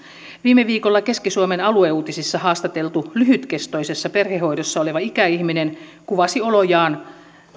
viime viikolla keski suomen alueuutisissa haastateltu lyhytkestoisessa perhehoidossa oleva ikäihminen kuvasi olojaan